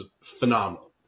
phenomenal